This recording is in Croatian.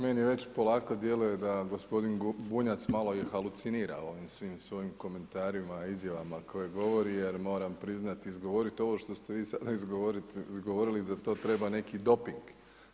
Meni već polako djeluje da gospodin Bunjac malo i halucinira u ovim svim svojim komentarima, izjavama koje govori jer moram priznati izgovoriti ovo što ste vi sada izgovorili za to treba neki doping.